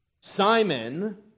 Simon